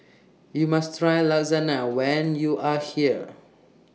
YOU must Try Lasagna when YOU Are here